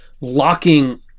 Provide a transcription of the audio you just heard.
locking